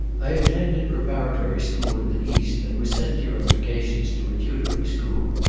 i attended preparatory school in the east, and was sent during vacations to a tutoring school,